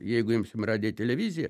jeigu imsim radiją televiziją